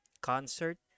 concert